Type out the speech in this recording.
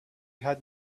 had